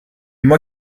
moi